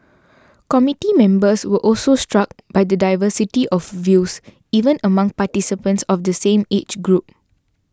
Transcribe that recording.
committee members were also struck by the diversity of views even among participants of the same age group